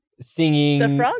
singing